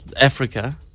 africa